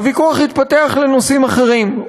הוויכוח התפתח לנושאים אחרים.